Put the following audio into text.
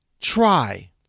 Try